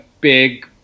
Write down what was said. big